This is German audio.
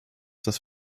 das